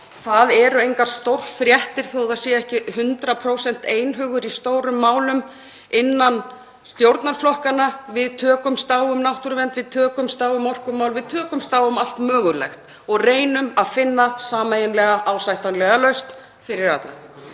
það eru engar stórfréttir þó að það sé ekki 100% einhugur í stórum málum innan stjórnarflokkanna. Við tökumst á um náttúruvernd, við tökumst á um orkumál, við tökumst á um allt mögulegt og reynum að finna sameiginlega, ásættanlega lausn fyrir alla.